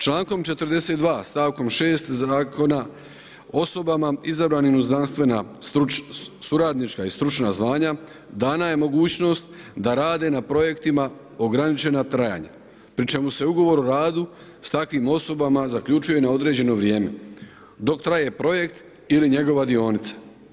Člankom 42. stavkom 6. zakona osobama izabranim u znanstvena suradnička i stručna znanja dana je mogućnost da rade na projektima ograničena trajanja, pri čemu se ugovor o radu s takvim osobama zaključuje na određeno vrijeme dok traje projekt ili njegova dionica.